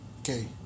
Okay